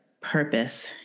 purpose